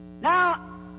Now